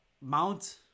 Mount